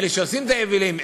אלה שעושים את היבילים,